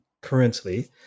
currently